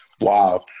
Wow